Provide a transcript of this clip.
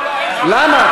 למה?